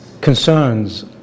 concerns